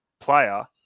player